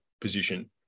position